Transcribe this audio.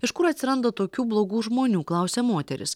iš kur atsiranda tokių blogų žmonių klausia moteris